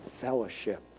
Fellowship